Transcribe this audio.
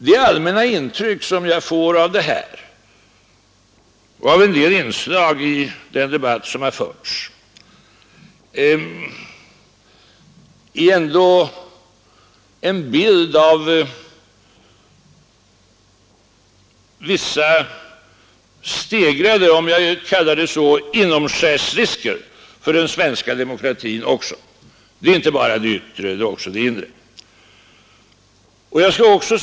Det allmänna intryck som jag får av detta och av en del inslag i den debatt som har förts är vissa stegrade ”inomskärsrisker” för den svenska demokratin — det är inte bara en yttre utan också en inre risk.